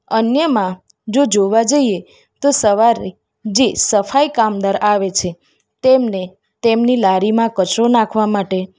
અન્યમાં જો જોવા જઈએ તો સવારે જે સફાઈ કામદાર આવે છે તેમને તેમની લારીમાં કચરો નાખવા માટે